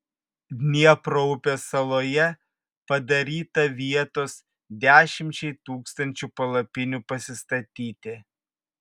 dniepro upės saloje padaryta vietos dešimčiai tūkstančių palapinių pasistatyti